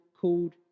called